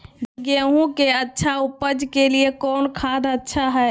गेंहू के अच्छा ऊपज के लिए कौन खाद अच्छा हाय?